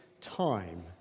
time